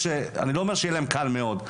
אני לא אומר שיהיה להם קל מאוד,